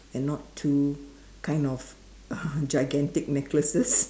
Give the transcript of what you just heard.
and not two kind of uh gigantic necklaces